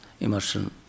Immersion